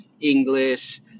English